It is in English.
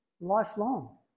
lifelong